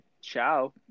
Ciao